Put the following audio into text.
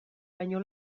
baino